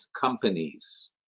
companies